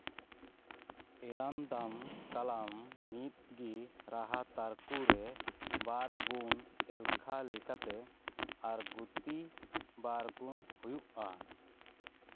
ᱮᱨᱟᱱᱫᱟᱢ ᱠᱟᱞᱟᱢ ᱢᱤᱫ ᱜᱮ ᱨᱟᱦᱟ ᱛᱟᱨᱠᱳ ᱨᱮ ᱵᱟᱨ ᱜᱩᱱ ᱮᱞᱠᱷᱟ ᱞᱮᱠᱟᱛᱮ ᱟᱨ ᱜᱩᱛᱤ ᱵᱟᱨ ᱜᱩᱱ ᱦᱩᱭᱩᱜᱼᱟ